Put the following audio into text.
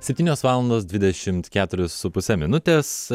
septynios valandos dvidešim keturios su puse minutės